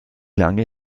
lange